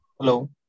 Hello